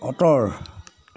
auto